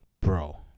Bro